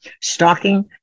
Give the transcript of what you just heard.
stalking